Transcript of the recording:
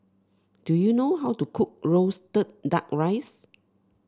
do you know how to cook roasted duck rice